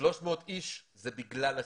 300 אנשים, זה בגלל הסרבול.